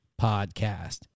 Podcast